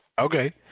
Okay